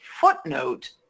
footnote